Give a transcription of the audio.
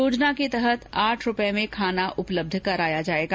योजना के तहत आठ रूपये में खाना उपलब्ध कराया जायेगा